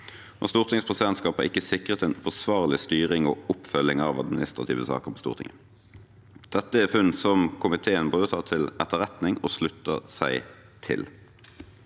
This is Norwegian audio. Stortingets presidentskap har ikke sikret en forsvarlig styring og oppfølging av administrative saker på Stortinget. Dette er funn som komiteen både tar til etterretning og slutter seg til.